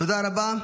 תודה רבה.